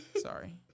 Sorry